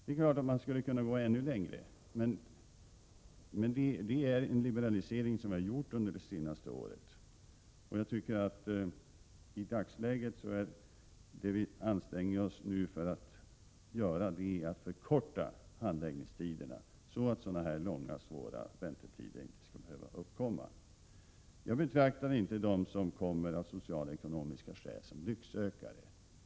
Självfallet skulle man kunna gå ännu längre, men detta är en liberalisering som vi har gjort under det senaste året. Det som vi i dagens läge anstränger oss för att göra är att förkorta väntetiderna, så att sådana här långa och svåra väntetider inte skall uppkomma. Jag betraktar inte dem som kommer hit äv sociala och ekonomiska skäl som lycksökare.